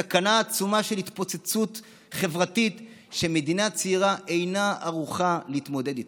סכנה עצומה של התפוצצות חברתית שמדינה צעירה אינה ערוכה להתמודד איתה.